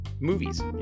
movies